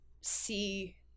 see